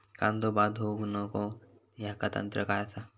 कांदो बाद होऊक नको ह्याका तंत्र काय असा?